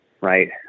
Right